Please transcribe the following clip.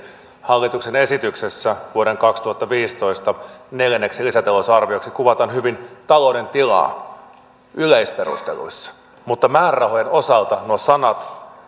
hallituksen esityksessä vuoden kaksituhattaviisitoista neljänneksi lisätalousarvioksi kuvataan hyvin talouden tilaa yleisperusteluissa mutta määrärahojen osalta nuo sanat